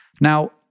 Now